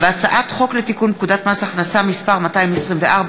הצעת חוק לתיקון פקודת מס הכנסה (מס' 224),